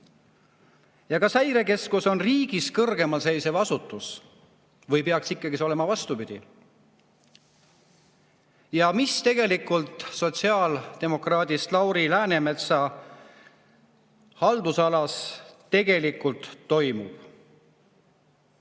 Ja kas Häirekeskus on riigist kõrgemal seisev asutus või peaks see ikkagi olema vastupidi? Mis tegelikult sotsiaaldemokraadist Lauri Läänemetsa haldusalas toimub?